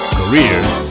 careers